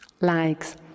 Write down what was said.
likes